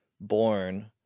born